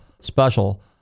special